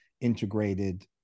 integrated